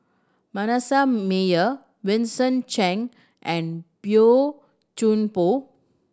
Manasseh Meyer Vincent Cheng and Boey Chuan Poh